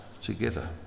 together